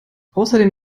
außerdem